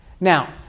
Now